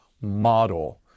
model